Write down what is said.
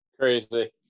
Crazy